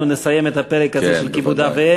אני כל הזמן אומר לו: תבוא עם ההורים,